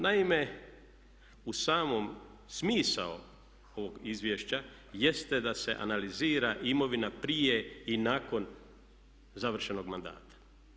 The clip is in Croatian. Naime, u samom smislu ovog izvješća jeste da se analizira imovina prije i nakon završenog mandata.